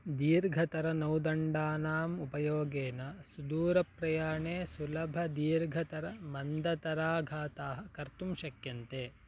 दीर्घतर नौदण्डानाम् उपयोगेन सुदूरप्रयाणे सुलभदीर्घतरमन्दतराघाताः कर्तुं शक्यन्ते